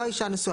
לא האישה הנשואה.